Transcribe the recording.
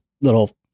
little